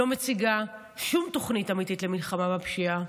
לא מציגה שום תוכנית אמיתית למלחמה בפשיעה.